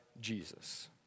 Jesus